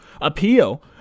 appeal